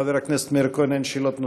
לחבר הכנסת מאיר כהן אין שאלות נוספות,